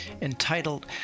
Entitled